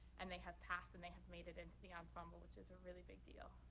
and they have passed, and they have made it into the ensemble, which is a really big deal.